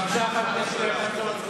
בבקשה חבר הכנסת חסון, עד חמש